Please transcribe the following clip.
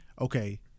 Okay